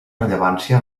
rellevància